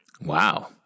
Wow